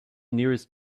nearest